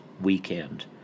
weekend